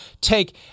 take